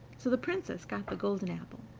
so the princess got the golden apple,